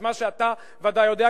את מה שאתה בוודאי יודע,